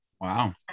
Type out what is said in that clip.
wow